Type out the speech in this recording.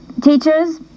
Teachers